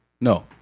No